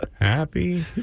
Happy